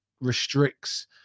restricts